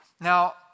Now